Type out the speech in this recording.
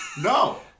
No